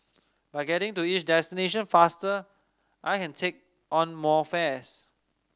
by getting to each destination faster I can take on more fares